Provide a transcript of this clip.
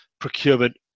procurement